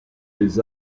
les